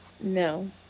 No